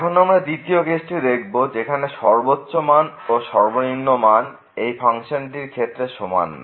এখন আমরা দ্বিতীয় কেসটি দেখব যেখানে সর্বোচ্চ মান ও সর্বনিম্ন মান এই ফাংশনটির ক্ষেত্রে সমান নয়